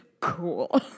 Cool